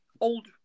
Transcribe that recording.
old